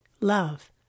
Love